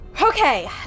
Okay